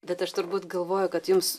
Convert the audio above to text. bet aš turbūt galvoju kad jums